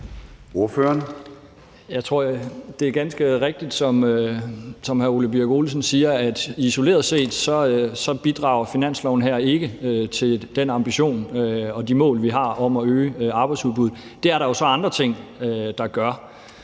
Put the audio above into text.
Jeg tror, det er ganske rigtigt, som hr. Ole Birk Olesen siger, altså at finanslovsforslaget her isoleret set ikke bidrager til den ambition og de mål, vi har om at øge arbejdsudbuddet. Det er der jo så andre ting der gør.